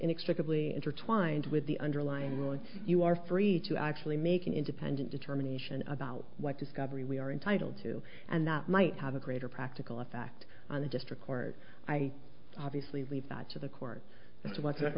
inextricably intertwined with the underlying rule and you are free to actually make an independent determination about what discovery we are entitled to and that might have a greater practical effect on the district court i obviously leave that to the court what